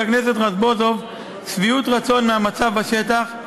הכנסת רזבוזוב שביעות רצון מהמצב בשטח,